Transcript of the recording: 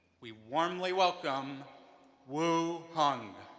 we warmly welcome wu hung.